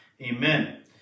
Amen